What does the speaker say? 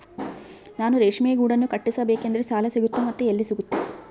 ನಾನು ರೇಷ್ಮೆ ಗೂಡನ್ನು ಕಟ್ಟಿಸ್ಬೇಕಂದ್ರೆ ಸಾಲ ಸಿಗುತ್ತಾ ಮತ್ತೆ ಎಲ್ಲಿ ಸಿಗುತ್ತೆ?